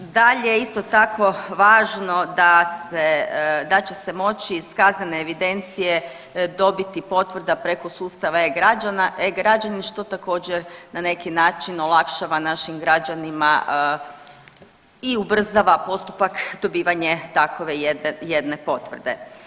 Dalje isto tako važno da se, da će se moći iz kaznene evidencije dobiti potvrda preko sustava e-građana, e-građanin što također na neki način olakšava našim građanima i ubrzava postupak dobivanja takve jedne potvrde.